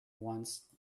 once